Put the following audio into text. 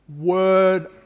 Word